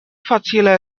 facile